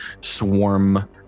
swarm